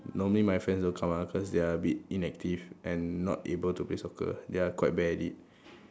normally my friends will come ah they are a bit inactive and not able to play soccer they are quite bad at it